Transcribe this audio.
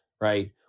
right